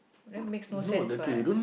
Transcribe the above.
what that makes no sense what